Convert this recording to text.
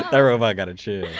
that robot gotta chill.